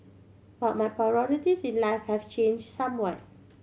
but my priorities in life have changed somewhat